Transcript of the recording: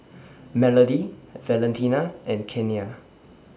Melodie Valentina and Kenia